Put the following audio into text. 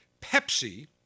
Pepsi